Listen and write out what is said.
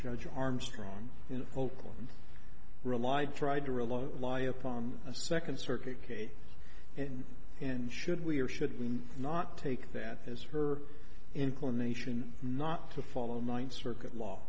judge armstrong in oakland relied tried to reload lie upon a second circuit case and and should we or should we not take that as her inclination not to follow ninth circuit law